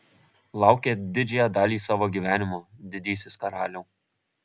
laukėt didžiąją dalį savo gyvenimo didysis karaliau